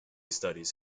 studies